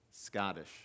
Scottish